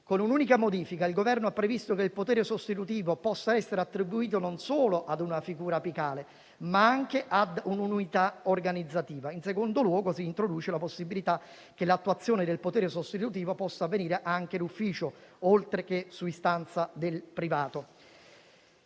Con un'unica modifica il Governo ha previsto che il potere sostitutivo possa essere attribuito non solo a una figura apicale, ma anche a un'unità organizzativa. In secondo luogo, si introduce la possibilità che l'attuazione del potere sostitutivo possa avvenire anche d'ufficio, oltre che su istanza del privato.